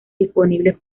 disponibles